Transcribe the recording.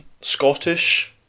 Scottish